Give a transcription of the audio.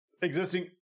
existing